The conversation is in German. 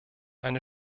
eine